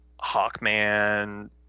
hawkman